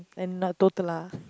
and not total lah